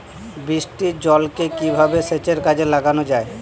বৃষ্টির জলকে কিভাবে সেচের কাজে লাগানো যায়?